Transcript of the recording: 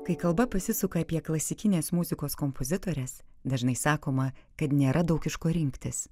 kai kalba pasisuka apie klasikinės muzikos kompozitores dažnai sakoma kad nėra daug iš ko rinktis